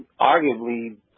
arguably